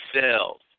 cells